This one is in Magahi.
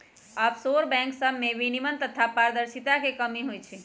आफशोर बैंक सभमें विनियमन तथा पारदर्शिता के कमी होइ छइ